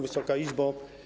Wysoka Izbo!